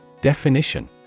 Definition